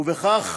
ובכך